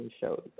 shows